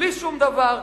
בלי שום דבר.